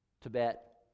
Tibet